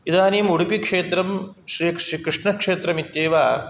इदानीम् उडुपिक्षेत्रं श्रीकृ श्रीकृष्णकृष्णक्षेत्रमित्येव